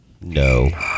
no